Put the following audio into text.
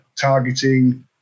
targeting